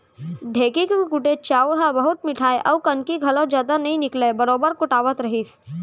ढेंकी के कुटे चाँउर ह बहुत मिठाय अउ कनकी घलौ जदा नइ निकलय बरोबर कुटावत रहिस